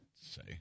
say